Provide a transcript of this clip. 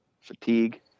fatigue